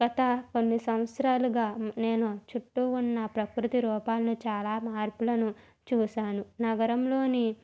గత కొన్ని సంవత్సరాలుగా నేను చుట్టూ ఉన్న ప్రకృతి లోపాలను చాలా మార్పులను చూసాను నగరంలోని